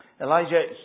Elijah